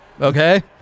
okay